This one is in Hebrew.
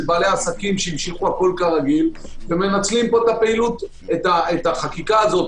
בעלי עסקים שהמשיכו הכל כרגיל ומנצלים פה את החקיקה הזאת,